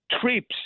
trips